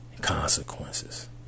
Consequences